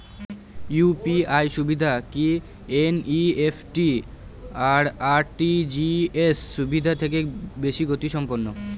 UPI সুবিধা কি NEFT আর আর.টি.জি.এস সুবিধা থেকে বেশি গতিসম্পন্ন?